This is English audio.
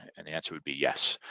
and the answer would be yes.